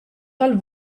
tal